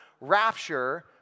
rapture